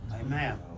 Amen